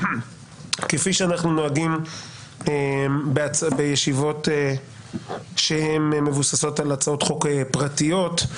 כפי שאנחנו נוהגים בישיבות שהן מבוססות על הצעות חוק פרטיות,